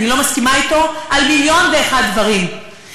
אני לא מסכימה אתו על מיליון ואחד דברים,